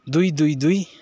दुई दुई दुई